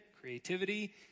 creativity